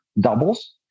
doubles